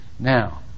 Now